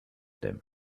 them